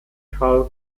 carl